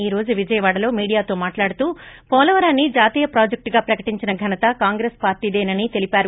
ఈ రోజు విజయవాడలో మీడియాతో మాట్లాడుతూ పోలవరాన్ని జాతీయ ప్రాజెక్ట్ గా ప్రకటించిన ఘనత కాంగ్రెస్ పార్టీదేనని తెలిపారు